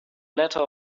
letter